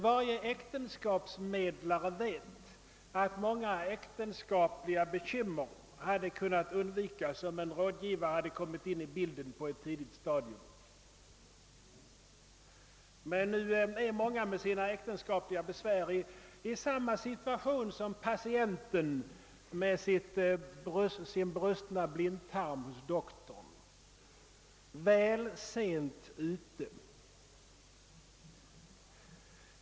Varje äktenskapsmedlare vet att många äktenskapliga bekymmer hade kunnat undvikas, om en rådgivare kommit in i bilden på ett tidigt stadium, men nu är många med sina äktenskapliga besvär i samma situation som patienten med sin brustna blindtarm hos doktorn — väl sent ute.